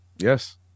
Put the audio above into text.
Yes